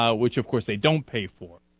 ah which of course they don't pay four